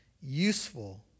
useful